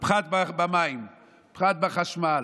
בפחת במים, פחת בחשמל.